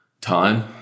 Time